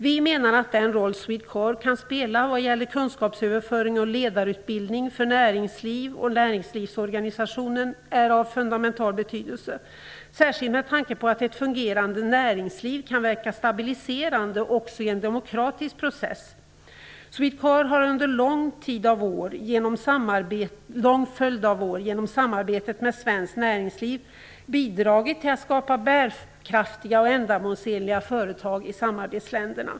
Vi menar att den roll Swedecorp kan spela vad gäller kunskapsöverföring och ledarutbildning för näringsliv och näringslivsorganisationer är av fundamental betydelse, särskilt med tanke på att ett fungerande näringsliv kan verka stabiliserande också i en demokratisk process. Swedecorp har under en lång följd av år genom samarbetet med svenskt näringsliv bidragit till att skapa bärkraftiga och ändamålsenliga företag i samarbetsländerna.